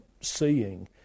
seeing